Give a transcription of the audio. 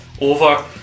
over